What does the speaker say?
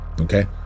Okay